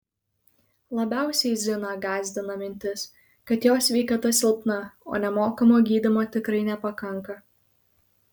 labiausiai ziną gąsdina mintis kad jos sveikata silpna o nemokamo gydymo tikrai nepakanka